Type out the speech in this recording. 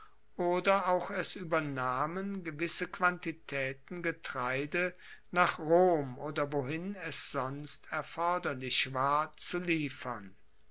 oder auch es uebernahmen gewisse quantitaeten getreide nach rom oder wohin es sonst erforderlich war zu liefern